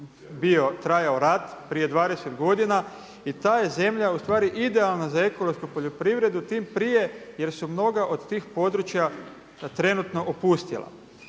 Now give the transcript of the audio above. bio, trajao rat prije 20 godina i ta je zemlja ustvari idealna za ekološku poljoprivredu tim prije jer su mnoga od tih područja trenutno opustjela.